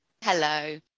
Hello